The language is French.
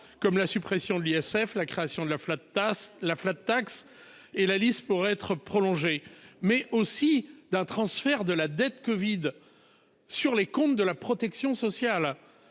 comme la suppression de l'ISF, la création de la flat tax la flat tax et la liste pourrait être prolongé mais aussi d'un transfert de la dette Covid. Sur les comptes de la protection sociale.